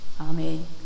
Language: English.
Amen